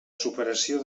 superació